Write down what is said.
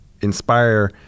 inspire